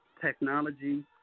technology